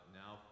now